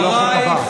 זה לא החוק הבא.